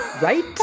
Right